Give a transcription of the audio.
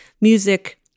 music